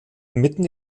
mitten